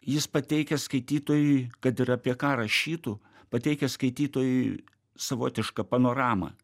jis pateikia skaitytojui kad ir apie ką rašytų pateikia skaitytojui savotišką panoramą